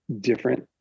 different